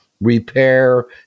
repair